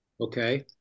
Okay